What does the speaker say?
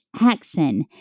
action